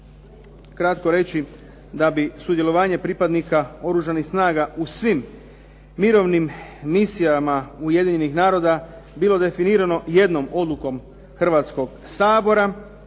kratko reći da bi sudjelovanje pripadnika Oružanih snaga u svim mirovnim misijama UN bilo definirano jednom odlukom Hrvatskog sabora,